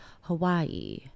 Hawaii